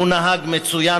הוא נהג מצוין,